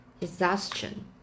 Exhaustion